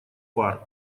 пар